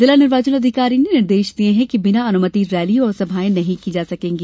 जिला निर्वाचन अधिकारी ने निर्देश दिये है कि बिना अनुमति रैली और सभायें नहीं की जा सकेंगी